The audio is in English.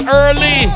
early